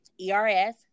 ERS